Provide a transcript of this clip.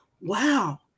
wow